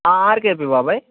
RKP బాబాయ్